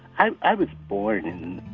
i was born